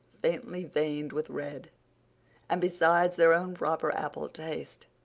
faintly veined with red and, besides their own proper apple taste,